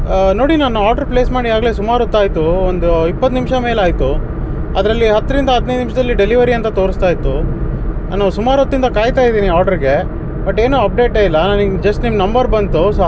ನೋಡಿ ನಾನು order place ಮಾಡಿ ಈಗಾಗಲೇ ಸುಮಾರು ಹೊತ್ತಾಯಿತು ಒಂದು ಇಪ್ಪತ್ತು ನಿಮಿಷ ಮೇಲಾಯಿತು ಅದರಲ್ಲಿ ಹತ್ತರಿಂದ ಹದಿನೈದು ನಿಮ್ಷದಲ್ಲಿ ಡೆಲಿವರಿ ಅಂತ ತೋರಿಸ್ತಾ ಇತ್ತು ನಾನು ಸುಮಾರು ಹೊತ್ತಿಂದ ಕಾಯ್ತಾ ಇದ್ದೀನಿ ಆರ್ಡ್ರಿಗೆ ಬಟ್ ಏನೂ ಅಪ್ಡೇಟೇ ಇಲ್ಲ ನನಗೆ ಜಸ್ಟ್ ನಿಮ್ಮ ನಂಬರ್ ಬಂತು ಸೊ